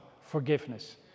forgiveness